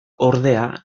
ordea